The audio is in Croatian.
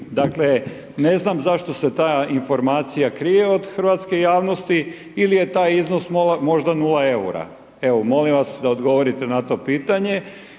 dakle, ne znam zašto se ta informacija krije od hrvatske javnosti ili je taj iznos možda 0 EUR-a? Evo molim vas da odgovorite na to pitanje.